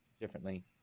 differently